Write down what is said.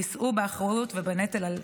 יישאו באחריות ובנטל על פשעיהם.